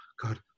God